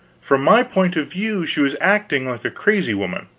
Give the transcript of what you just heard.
from my point of view she was acting like a crazy woman.